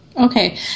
Okay